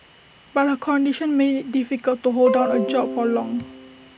but her condition made IT difficult to hold down A job for long